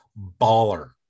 baller